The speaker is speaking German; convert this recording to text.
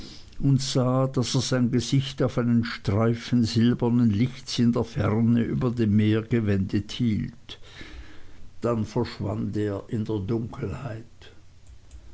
und sah daß er sein gesicht auf einen streifen silbernen lichts in der ferne über dem meer gewendet hielt dann verschwand er in der dunkelheit